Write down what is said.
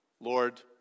Lord